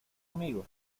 amigos